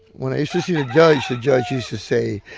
when i used to see the judge, the judge used to say,